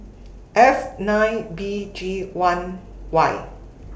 F nine B G one Y